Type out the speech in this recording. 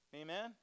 amen